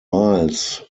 miles